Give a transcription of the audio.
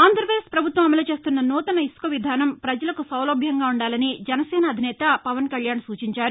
ఆంధ్రప్రదేశ్ ప్రభుత్వం అమలు చేస్తున్న నూతన ఇసుక విధానం ప్రవజలకు సౌలభ్యంగా ఉండాలని జనసేన అధ్యక్షుడు పవన కల్యాణ్ సూచించారు